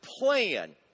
plan